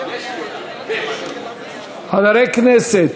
חברי כנסת,